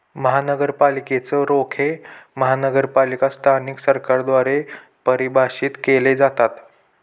महानगरपालिकेच रोखे महानगरपालिका स्थानिक सरकारद्वारे परिभाषित केले जातात